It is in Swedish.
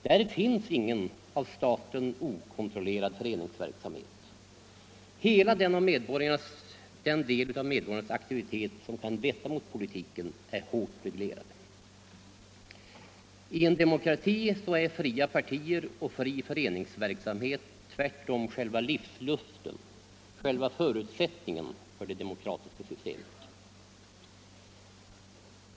Där finns ingen av staten okontrollerad föreningsverksamhet. Hela den del av medborgarnas aktivitet som kan vetta mot politiken är hårt reglerad. I en demokrati är fria partier och fri föreningsverksamhet tvärtom själva livsluften, själva förutsättningen för det demokratiska systemet.